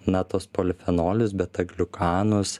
na tuos polifenolius betagliukanus